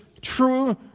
true